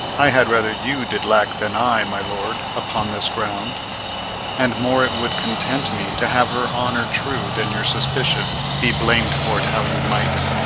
i had rather you did lack than i, my lord, upon this ground and more it would content me to have her honour true than your suspicion be blam'd for't how you might.